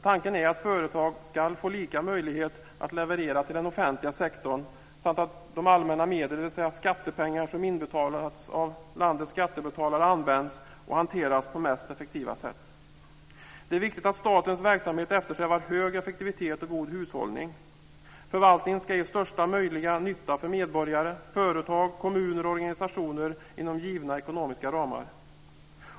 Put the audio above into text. Tanken är att företag ska få lika möjligheter att leverera till den offentliga sektorn samt att de allmänna medlen, dvs. skattepengar som inbetalats av landets skattebetalare, används och hanteras på mest effektiva sätt. Det är viktigt att statens verksamhet eftersträvar hög effektivitet och god hushållning. Förvaltningen ska ge största möjliga nytta för medborgare, företag, kommuner och organisationer inom givna ekonomiska ramar.